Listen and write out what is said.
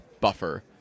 buffer